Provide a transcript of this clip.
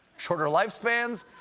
shorter lifespans,